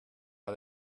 how